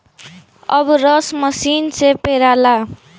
अब रस मसीन से पेराला